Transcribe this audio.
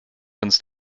uns